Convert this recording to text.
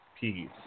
peace